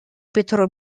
pétrole